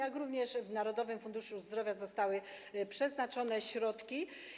A również w Narodowym Funduszu Zdrowia zostały przeznaczone na to środki.